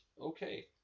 Okay